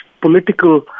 political